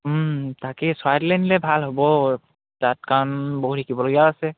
তাকেই চৰাইদেউলৈ নিলে ভাল হ'ব তাত কাৰণ বহুত শিকিবলগীয়া আছে